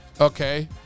Okay